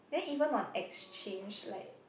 then even on exchange like